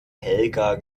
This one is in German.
helga